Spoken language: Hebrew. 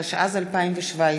התשע"ז 2017,